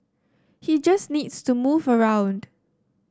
he just needs to move around